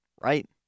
right